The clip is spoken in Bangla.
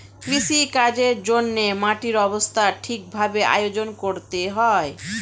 কৃষিকাজের জন্যে মাটির অবস্থা ঠিক ভাবে আয়োজন করতে হয়